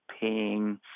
paying